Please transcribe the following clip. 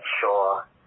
sure